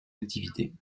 activités